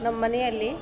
ನಮ್ಮ ಮನೆಯಲ್ಲಿ